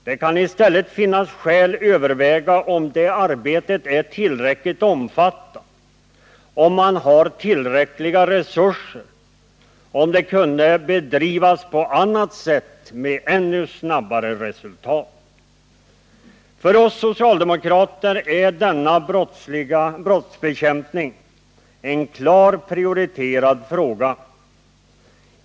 Det kan finnas skäl överväga om det arbetet är tillräckligt omfattande, om man har tillräckliga resurser och om arbetet kan bedrivas på annat sätt för att man skall kunna få snabbare resultat. För oss socialdemokrater är denna brottsbekämpning en klart prioriterad fråga.